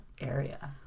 area